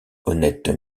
honnête